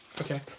Okay